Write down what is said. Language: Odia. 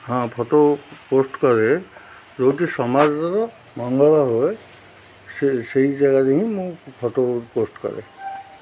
ହଁ ଫଟୋ ପୋଷ୍ଟ କରେ ଯେଉଁଠି ସମାଜର ମଙ୍ଗଳା ହୁଏ ସେ ସେଇ ଜାଗାରେ ହିଁ ମୁଁ ଫଟୋ ପୋଷ୍ଟ କରେ